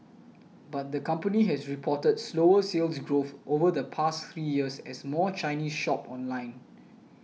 but the company has reported slower Sales Growth over the past three years as more Chinese shop online